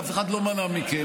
אף אחד לא מנע מכם.